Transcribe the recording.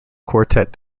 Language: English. quartet